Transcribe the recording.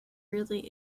really